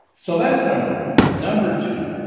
so that's number one. number two,